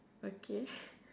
okay